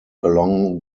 along